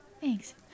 Thanks